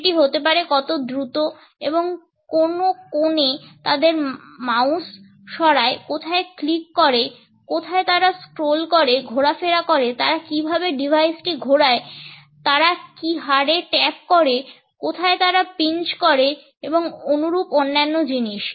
সেটি হতে পারে কত দ্রুত এবং কোন কোণে তারা তাদের মাউস সরায় কোথায় ক্লিক করে কোথায় তারা স্ক্রল করে ঘোরাফেরা করে তারা কীভাবে ডিভাইসটি ঘোরায় তারা কি হারে ট্যাপ করে কোথায় তারা পিঞ্চ করে এবং অনুরূপ অন্যান্য জিনিস